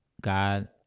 God